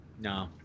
No